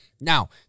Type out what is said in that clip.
Now